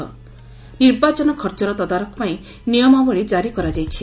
ନିର୍ବାଚନ ଖର୍ଚ୍ଚର ତଦାରଖ ପାଇଁ ନିୟମାବଳୀ କାରି କରାଯାଇଛି